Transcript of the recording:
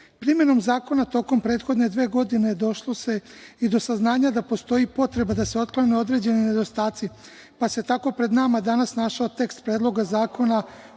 Zakona tokom prethodne dve godine došlo se i do saznanja da postoji potreba da se otklone određeni nedostaci, pa se tako pred nama danas našao tekst Predloga zakona